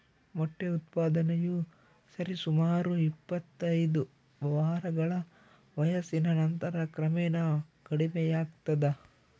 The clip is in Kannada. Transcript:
ಮೊಟ್ಟೆ ಉತ್ಪಾದನೆಯು ಸರಿಸುಮಾರು ಇಪ್ಪತ್ತೈದು ವಾರಗಳ ವಯಸ್ಸಿನ ನಂತರ ಕ್ರಮೇಣ ಕಡಿಮೆಯಾಗ್ತದ